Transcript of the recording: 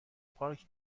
پارک